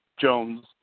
Jones